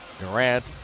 Durant